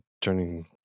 turning